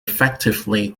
effectively